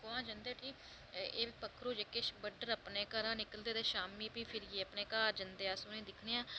तुआहं जंदे उट्ठी ते एह् पक्खरू जेह्के बड्डलै अपने घरा निकलदे ते शामीं भी फिरियै अपने घर जंदे अस उ'नेंगी दिक्खने आं